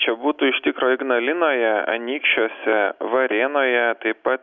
čia būtų iš tikro ignalinoje anykščiuose varėnoje taip pat